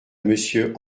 monsieur